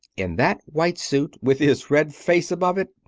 in that white suit, with his red face above it,